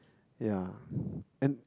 ya and